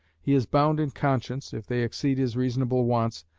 he is bound in conscience, if they exceed his reasonable wants,